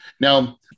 Now